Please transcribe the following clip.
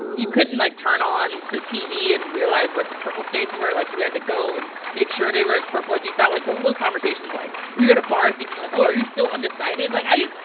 you couldn't, like, turn on the tv and realize what the purple states and were. like, you had to go and make sure they were as purple as you thought? like, what were those conversations like? were you're at a bar thinking like, oh, are you still undecided? like, i just.